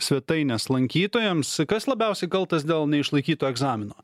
svetainės lankytojams kas labiausiai kaltas dėl neišlaikyto egzamino